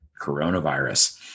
coronavirus